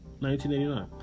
1989